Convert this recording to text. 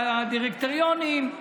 בדירקטוריונים,